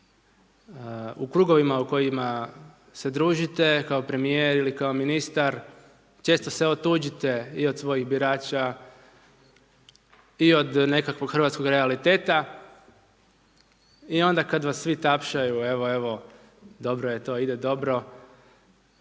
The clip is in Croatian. u krugovima u kojima se družite kao premijer ili kao ministar često se otuđite i od svojih birača i od nekakvog hrvatskog realiteta. I onda kada vas svi tapšaju evo, evo, dobro je to ide dobro,